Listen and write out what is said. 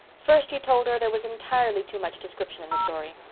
first he told her there was entirely too much description in the story.